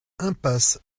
impasse